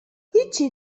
هیچی